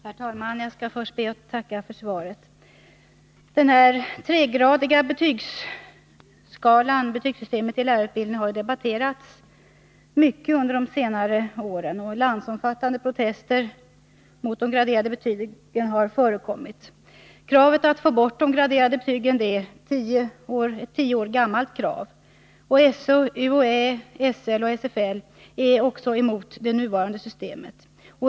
Herr talman! Jag skall först be att få tacka för svaret. Det tregradiga betygssystemet i lärarutbildningen har debatterats mycket under de senare åren. Landsomfattande protester mot de graderade betygen har förekommit. Kravet att få bort de graderade betygen är tio år gammalt. SÖ, UHÄ, SL och SFL är också emot det nuvarande systemet.